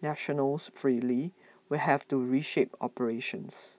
nationals freely will have to reshape operations